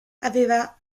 aveva